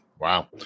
wow